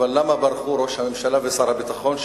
למה ברחו ראש הממשלה ושר הביטחון,